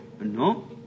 No